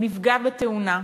הוא נפגע בתאונה,